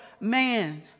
man